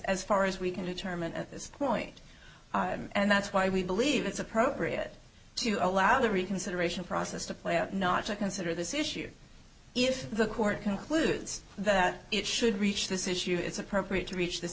as far as we can determine at this point and that's why we believe it's appropriate to allow the reconsideration process to play out not to consider this issue if the court concludes that it should reach this issue it's appropriate to reach this